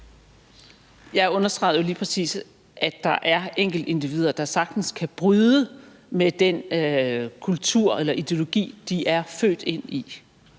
Jeg understregede jo lige præcis, at der er enkeltindivider, der sagtens kan bryde med den kultur eller ideologi, de er født ind i.